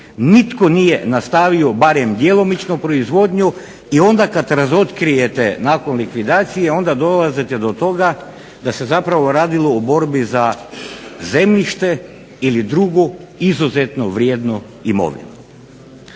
nitko nije nastavio barem djelomičnu proizvodnju i onda kada razotkrijete nakon likvidacije onda dolazite do toga da se zapravo radilo o borbi za zemljište ili drugo izuzetnu vrijednu imovinu.